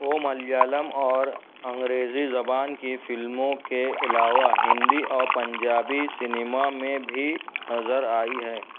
وہ ملیالم اور انگریزی زبان کی فلموں کے علاوہ ہندی اور پنجابی سنیما میں بھی نظر آئی ہیں